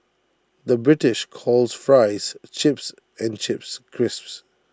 the British calls Fries Chips and Chips Crisps